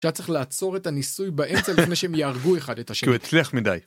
אתה צריך לעצור את הניסוי באמצע לפני שהם יהרגו אחד את השני. כי הוא הצליח מדי.